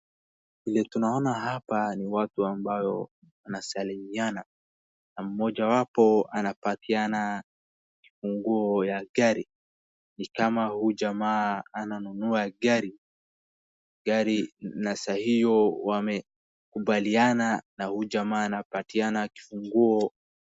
Vile tunaona hapa ni watu ambao wanasalimiana na mmoja wapo anapatiana funguo ya gari. Ni kama huyu jamaa ananunua gari, gari na saa hiyo wamekubaliana na huyu jamaa anapatiana kifunguo.